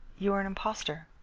you are an impostor.